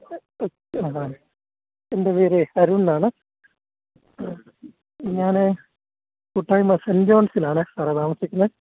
അതാണ് എൻ്റെ പേര് അരുൺ എന്നാണ് ഞാൻ കൂട്ടായ്മ സെൻ ജോൺസിലാണ് സാറെ താമസിക്കുന്നത്